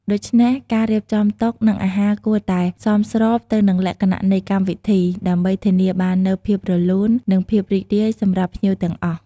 ដូច្នេះ ការរៀបចំតុ និងអាហារគួរតែ សមស្របទៅនឹងលក្ខណៈនៃកម្មវិធី ដើម្បីធានាបាននូវភាពរលូន និងភាពរីករាយសម្រាប់ភ្ញៀវទាំងអស់។